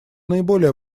наиболее